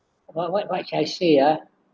what what what should I say ah